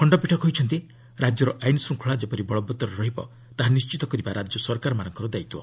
ଖଣ୍ଡପୀଠ କହିଛନ୍ତି ରାଜ୍ୟର ଆଇନ ଶୃଙ୍ଖଳା ଯେପରି ବଳବତ୍ତର ରହିବ ତାହା ନିଣ୍ଢିତ କରିବା ରାଜ୍ୟ ସରକାରଙ୍କ ଦାୟିତ୍ୱ